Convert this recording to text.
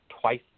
twice